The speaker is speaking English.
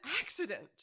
accident